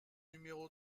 numéro